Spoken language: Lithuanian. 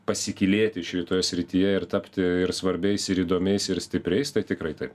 pasikylėti šitoje srityje ir tapti ir svarbiais ir įdomiais ir stipriais tai tikrai taip